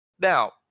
Now